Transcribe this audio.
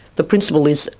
the principle is,